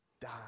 die